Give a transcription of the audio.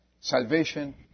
salvation